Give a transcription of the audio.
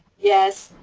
yes.